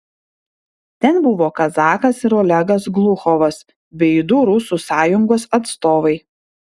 ten buvo kazakas ir olegas gluchovas bei du rusų sąjungos atstovai